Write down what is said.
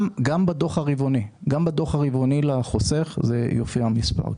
גם בדוח הרבעוני לחוסך, יופיע המספר.